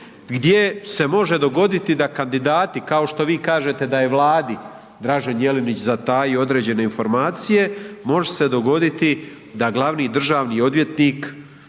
gdje se može dogoditi da kandidati kao što vi kažete da je Vladi Dražen Jelenić zatajio određene informacije, može se dogoditi da glavni državni odvjetnik